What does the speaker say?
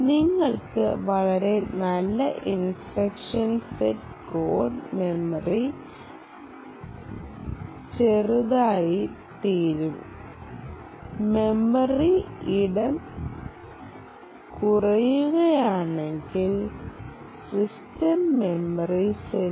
നിങ്ങൾക്ക് വളരെ നല്ല ഇൻസ്ട്രക്ഷൻ സെറ്റ് ആർക്കിടെക്ചർ ഉണ്ടെങ്കിൽ നിങ്ങൾ എഴുതുന്ന കോഡ് ചെറുതായിരിക്കും കോഡ് മെമ്മറി ചെറുതായിത്തീരും മെമ്മറി ഇടം കുറയുകയാണെങ്കിൽ സിസ്റ്റം ഊർജ്ജം കൂടുതൽ